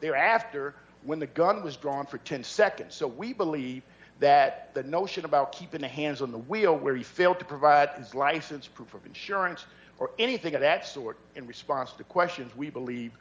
thereafter when the gun was drawn for ten seconds so we believe that the notion about keeping the hands on the wheel where he failed to provide his license proof of insurance or anything of that sort in response to questions we believe